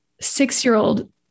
six-year-old